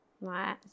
Right